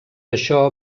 això